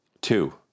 Two